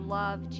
love